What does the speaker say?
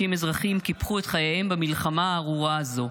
אזרחים קיפחו את חייהם במלחמה הארורה הזאת.